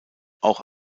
auch